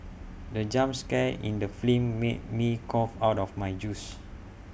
the jump scare in the film made me cough out my juice